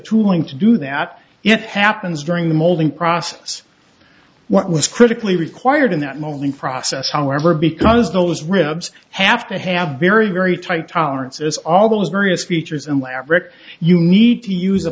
tooling to do that if it happens during the molding process what was critically required in that mostly process however because those ribs have to have very very tight tolerances all those various features and labrat you need to use a